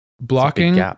Blocking